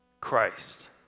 Christ